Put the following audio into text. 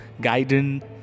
guidance